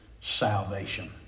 salvation